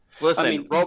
Listen